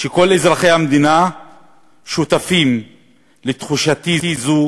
שכל אזרחי המדינה שותפים לתחושתי זו